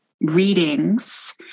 readings